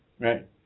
right